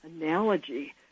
analogy